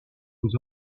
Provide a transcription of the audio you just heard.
aux